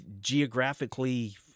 Geographically